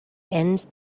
ends